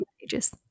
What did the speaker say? pages